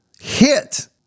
hit